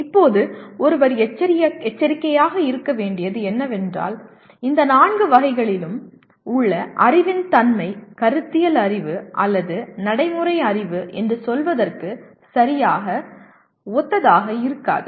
இப்போது ஒருவர் எச்சரிக்கையாக இருக்க வேண்டியது என்னவென்றால் இந்த நான்கு வகைகளிலும் உள்ள அறிவின் தன்மை கருத்தியல் அறிவு அல்லது நடைமுறை அறிவு என்று சொல்வதற்கு சரியாக ஒத்ததாக இருக்காது